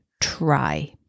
try